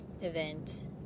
event